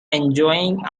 enjoying